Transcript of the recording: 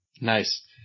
Nice